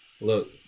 Look